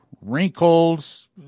wrinkles